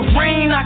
rain